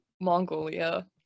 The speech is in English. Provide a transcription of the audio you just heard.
Mongolia